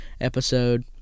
episode